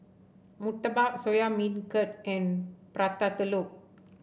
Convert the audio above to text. murtabak Soya Beancurd and Prata Telur